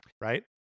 right